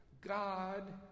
God